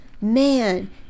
man